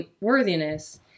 worthiness